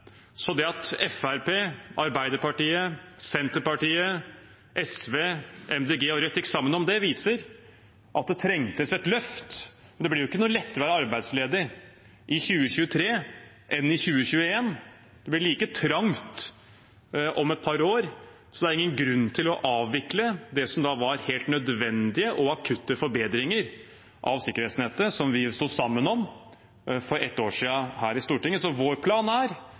Det at Fremskrittspartiet, Arbeiderpartiet, Senterpartiet, SV, Miljøpartiet De Grønne og Rødt gikk sammen om det, viser at det trengtes et løft. Men det blir ikke noe lettere å være arbeidsledig i 2023 enn i 2021. Det blir like trangt om et par år, så det er ingen grunn til å avvikle det som var helt nødvendige og akutte forbedringer av sikkerhetsnettet, og som vi sto sammen om for et år siden her i Stortinget. Så vår plan er